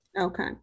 Okay